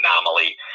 anomaly